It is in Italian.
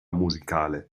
musicale